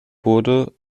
wurde